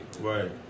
Right